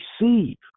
receive